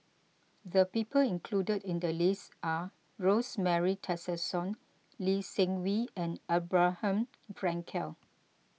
the people included in the list are Rosemary Tessensohn Lee Seng Wee and Abraham Frankel